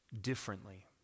differently